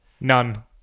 None